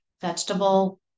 vegetable